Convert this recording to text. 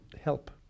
help